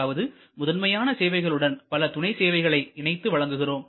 அதாவது முதன்மையான சேவைகளுடன் பல துணை சேவைகளை இணைத்து வழங்குகிறோம்